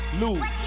lose